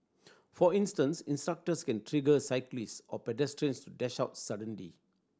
for instance instructors can trigger cyclist or pedestrians to dash out suddenly